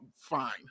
Fine